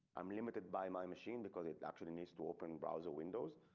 i'm limited by my machine because it actually needs to open browser windows,